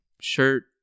shirt